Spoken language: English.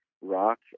Rock